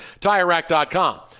TireRack.com